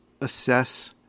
assess